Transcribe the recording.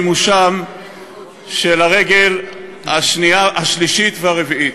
מימוש הרגל השלישית והרביעית.